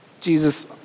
Jesus